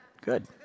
good